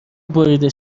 بریده